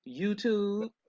youtube